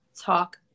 talk